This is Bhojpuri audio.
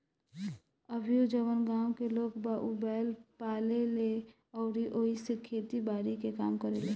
अभीओ जवन गाँव के लोग बा उ बैंल पाले ले अउरी ओइसे खेती बारी के काम करेलें